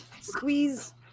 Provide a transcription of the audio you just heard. squeeze